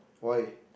why